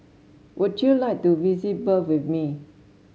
would you like to visit Bern with me